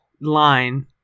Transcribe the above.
line